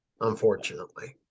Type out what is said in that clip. unfortunately